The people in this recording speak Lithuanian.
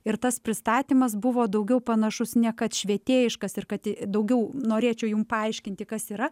ir tas pristatymas buvo daugiau panašus ne kad švietėjiškas ir kad daugiau norėčiau jum paaiškinti kas yra